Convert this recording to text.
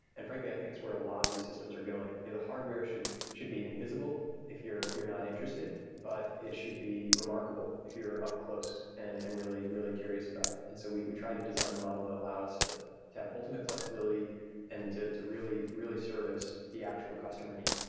and frankly, i think, it's where a lot of the systems are going. the hardware should should be invisible if you're you're not interested, but it should be remarkable if you're up close and and really really curious about it. and so we we try to design a model that allowed us to to have ultimate flexibility and to to really, really service the actual customer need.